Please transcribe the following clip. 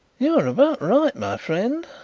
you were about right, my friend,